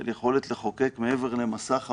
של יכולת לחוקק מעבר למסך הבערות,